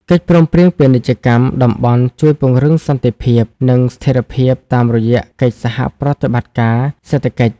កិច្ចព្រមព្រៀងពាណិជ្ជកម្មតំបន់ជួយពង្រឹងសន្តិភាព និងស្ថិរភាពតាមរយៈកិច្ចសហប្រតិបត្តិការសេដ្ឋកិច្ច។